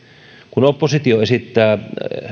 kun oppositio esittää